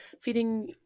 feeding